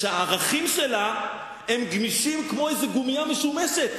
שהערכים שלה הם גמישים כמו איזו גומייה משומשת.